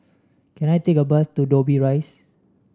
can I take a bus to Dobbie Rise